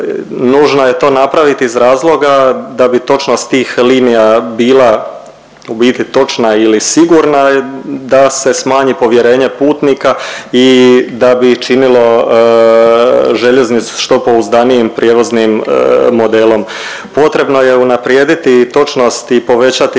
Nužno je to napraviti iz razloga da bi točnost tih linija bila u biti točna ili sigurna, da se smanji povjerenje putnika i da bi činilo željeznicu što pouzdanijim prijevoznim modelom. Potrebno je unaprijediti i točnost i povećati